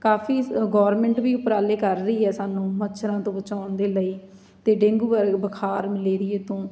ਕਾਫ਼ੀ ਗੌਰਮੈਂਟ ਵੀ ਉਪਰਾਲੇ ਕਰ ਰਹੀ ਹੈ ਸਾਨੂੰ ਮੱਛਰਾਂ ਤੋਂ ਬਚਾਉਣ ਦੇ ਲਈ ਅਤੇ ਡੇਂਗੂ ਵਰ ਬੁਖਾਰ ਮਲੇਰੀਏ ਤੋਂ